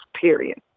period